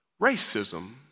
racism